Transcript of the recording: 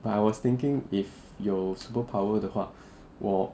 but I was thinking if 有 superpower 的话